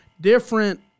different